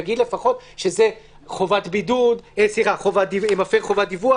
תגיד לפחות שזה מפר חובת דיווח,